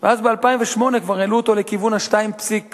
ואז ב-2008 כבר העלו אותו לכיוון ה-2.7,